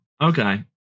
Okay